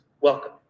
welcome